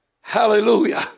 Hallelujah